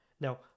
Now